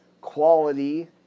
quality